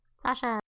sasha